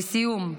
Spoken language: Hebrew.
לסיום,